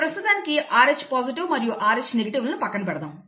ప్రస్తుతానికి Rh positive మరియు Rh negative లను పక్కన పెడదాము